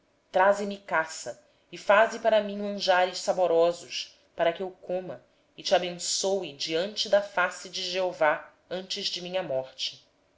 traze-me caça e faze me um guisado saboroso para que eu coma e te abençoe diante do senhor antes da minha morte